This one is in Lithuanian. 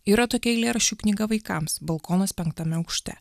yra tokia eilėraščių knyga vaikams balkonas penktame aukšte